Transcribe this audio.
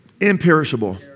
Imperishable